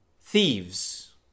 thieves